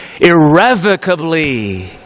irrevocably